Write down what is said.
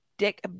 Dick